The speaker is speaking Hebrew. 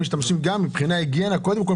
יש עניין רב בשמירה על היגיינה,